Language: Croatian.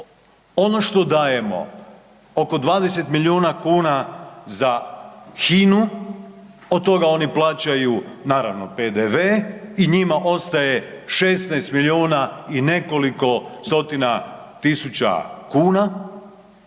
ono što dajemo oko 20 milijuna kuna za HINA-u, od toga oni plaćaju naravno PDV i njima ostaje 16 milijuna i nekoliko stotina tisuća kuna.